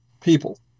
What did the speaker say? people